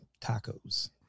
Tacos